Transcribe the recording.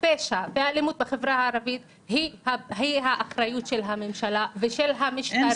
הפשע והאלימות בחברה הערבית היא האחריות של הממשלה ושל המשטרה.